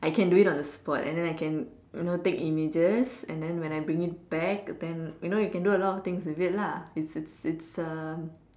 I can do it on the spot and then I can you know take images and then when I bring it back then you know you can do a lot of things with it lah it's it's it's uh